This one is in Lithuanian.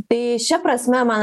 tai šia prasme man